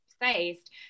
faced